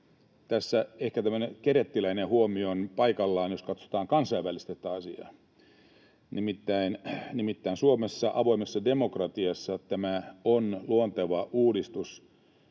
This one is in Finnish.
tämmöinen kerettiläinen huomio on paikallaan, jos katsotaan kansainvälisesti tätä asiaa. Nimittäin Suomessa, avoimessa demokratiassa, tämä on luonteva uudistus,